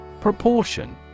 Proportion